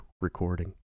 recording